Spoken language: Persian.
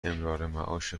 امرارمعاش